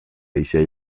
一些